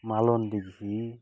ᱢᱟᱞᱚᱱ ᱫᱤᱜᱷᱤ